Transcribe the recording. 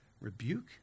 rebuke